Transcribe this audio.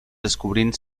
descobrint